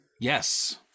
Yes